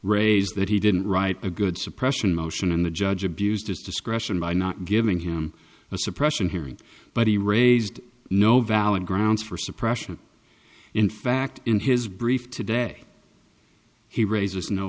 raise that he didn't write a good suppression motion and the judge abused his discretion by not giving him a suppression hearing but he raised no valid grounds for suppression in fact in his brief today he raises no